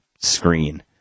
screen